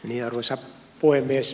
arvoisa puhemies